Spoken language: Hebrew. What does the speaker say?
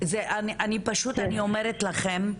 אני אומרת לכם,